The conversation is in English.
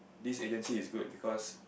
this agency is good because